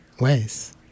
ways